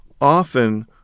often